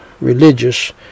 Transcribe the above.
religious